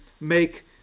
make